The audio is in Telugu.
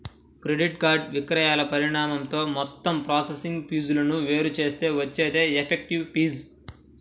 క్రెడిట్ కార్డ్ విక్రయాల పరిమాణంతో మొత్తం ప్రాసెసింగ్ ఫీజులను వేరు చేస్తే వచ్చేదే ఎఫెక్టివ్ ఫీజు